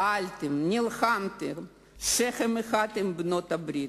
פעלתם, נלחמתם שכם אחד עם בעלות-הברית.